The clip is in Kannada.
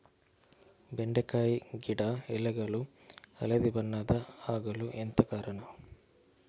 ಬೆಂಡೆಕಾಯಿ ಗಿಡ ಎಲೆಗಳು ಹಳದಿ ಬಣ್ಣದ ಆಗಲು ಎಂತ ಕಾರಣ?